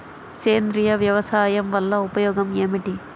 సేంద్రీయ వ్యవసాయం వల్ల ఉపయోగం ఏమిటి?